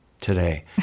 today